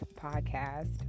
podcast